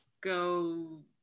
go